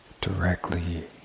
directly